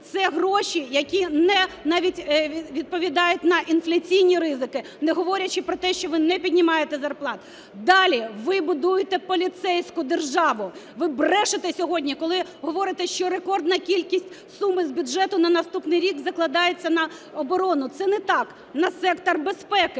Це гроші, які навіть не відповідають на інфляційні ризики, не говорячи про те, що ви не піднімаєте зарплат. Далі. Ви будуєте поліцейську державу. Ви брешете сьогодні, коли говорите, що рекордна кількість сум із бюджету на наступний рік закладається на оборону. Це не так, на сектор безпеки